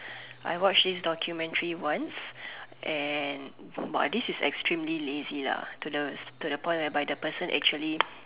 I watch this documentary once and !wah! this is extremely lazy lah to the to the point whereby the person actually